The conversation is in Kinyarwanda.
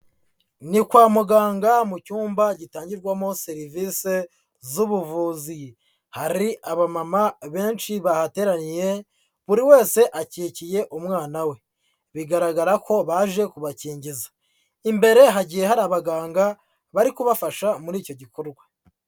Ni kwa muganga mu cyumba gitangirwamo serivisi z'ubuvuzi, hari abamama benshi bahateraniye buri wese akikiye umwana we, bigaragara ko baje kubakingiza, imbere hagiye hari abaganga bari kubafasha muri icyo gikorwa.